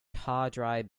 tawdry